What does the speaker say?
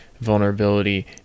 vulnerability